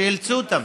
שאילצו אותם.